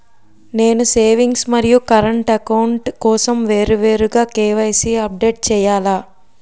నేను సేవింగ్స్ మరియు current account కోసం వేరువేరుగా కే.వై.సీ అప్డేట్ చేయాలా?